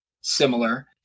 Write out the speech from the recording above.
similar